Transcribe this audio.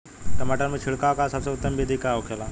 टमाटर में छिड़काव का सबसे उत्तम बिदी का होखेला?